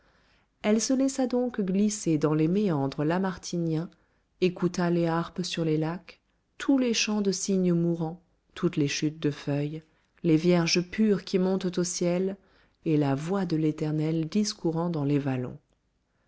elle se laissa donc glisser dans les méandres lamartiniens écouta les harpes sur les lacs tous les chants de cygnes mourants toutes les chutes de feuilles les vierges pures qui montent au ciel et la voix de l'éternel discourant dans les vallons